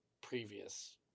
previous